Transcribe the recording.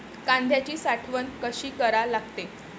कांद्याची साठवन कसी करा लागते?